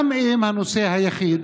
גם אם הנושא היחיד,